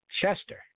Chester